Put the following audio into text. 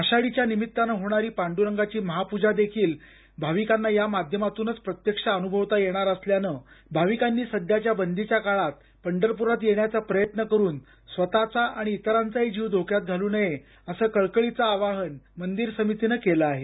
आषाढीच्या निमित्तानं होणारी पांडुरंगाची महापूजा देखील भाविकांना या माध्यमातूनच प्रत्यक्ष अनुभवता येणार असल्यानं भाविकांनी सध्याच्या बंदीच्या काळात पंढरपुरात येण्याचा प्रयत्न करून स्वतःचा आणि इतरांचाही जीव धोक्यात घालू नये असं कळकळीचे आवाहन मंदिर समितीनं केलं आहे